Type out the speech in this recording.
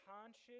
conscious